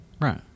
right